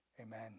amen